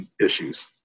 issues